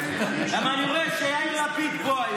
כי אני רואה שיאיר לפיד פה,